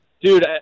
Dude